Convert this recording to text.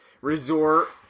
resort